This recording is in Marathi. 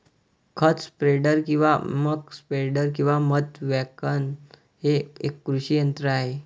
खत स्प्रेडर किंवा मक स्प्रेडर किंवा मध वॅगन हे एक कृषी यंत्र आहे